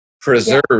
preserve